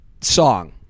song